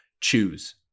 choose